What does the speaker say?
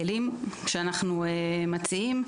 נכון.